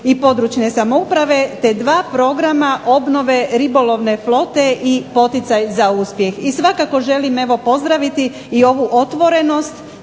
i područne samouprave, te dva programa obnove ribolovne flote i poticaj za uspjeh. I svakako želim evo pozdraviti i ovu otvorenost,